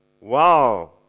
Wow